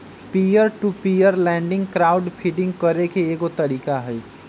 peer to peer lending crowd funding करे के एगो तरीका हई